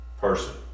person